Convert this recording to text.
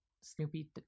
Snoopy